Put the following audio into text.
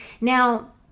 now